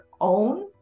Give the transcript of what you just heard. own